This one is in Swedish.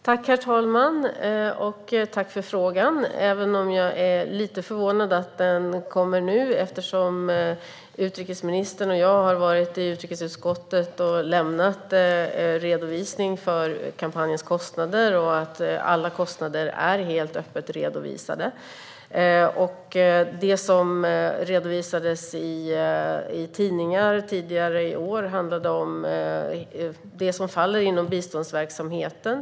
Herr talman! Tack för frågan - även om jag är lite förvånad över att den kommer nu eftersom utrikesministern och jag har redovisat kostnaderna för kampanjen för utrikesutskottet. Alla kostnader är helt öppet redovisade. Det som har redovisats i tidningar tidigare i år har handlat om sådant som faller inom biståndsverksamheten.